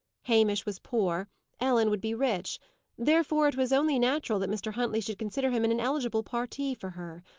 hamish was poor ellen would be rich therefore it was only natural that mr. huntley should consider him an ineligible parti for her.